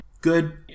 Good